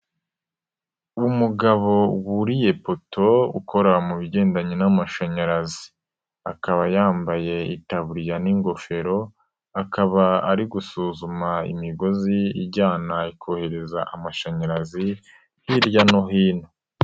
Umugabo wuriye ipoto, ukora mu bigendanye n'amashanyarazi. Akaba yambaye itaburiya n'ingofero, akaba ari gusuzuma imigozi ijyana ikohereza amashanyarazi hirya no hino.